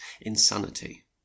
insanity